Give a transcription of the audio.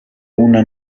una